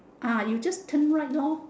ah you just turn right lor